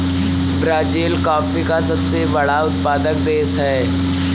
Brazil coffee का सबसे बड़ा उत्पादक देश है